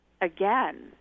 again